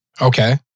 Okay